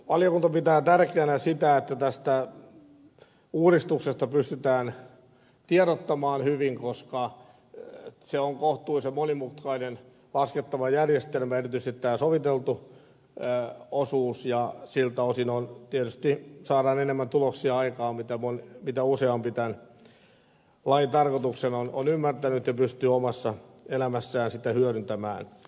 valiokunta pitää tärkeänä sitä että tästä uudistuksesta pystytään tiedottamaan hyvin koska se on kohtuullisen monimutkainen laskettava järjestelmä erityisesti tämä soviteltu osuus ja siltä osin tietysti saadaan enemmän tuloksia aikaan mitä useampi tämän lain tarkoituksen on ymmärtänyt ja pystyy omassa elämässään sitä hyödyntämään